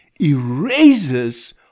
erases